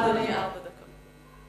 אדוני, ארבע דקות.